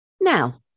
Now